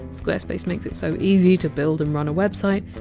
squarespace makes it so easy to build and run a website,